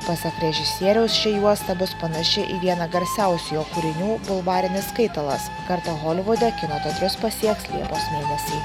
pasak režisieriaus ši juosta bus panaši į vieną garsiausių jo kūrinių bulvarinis skaitalas kartą holivude kino teatrus pasieks liepos mėnesį